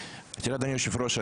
אדוני היושב ראש,